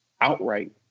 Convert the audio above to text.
outright